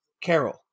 Carol